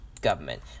government